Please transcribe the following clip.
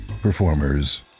performers